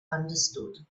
understood